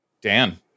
Dan